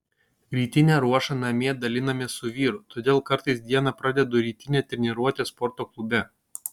rytinę ruošą namie dalinamės su vyru todėl kartais dieną pradedu rytine treniruote sporto klube